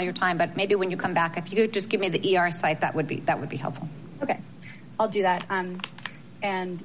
all your time but maybe when you come back if you just give me the e r site that would be that would be helpful ok i'll do that and